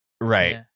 Right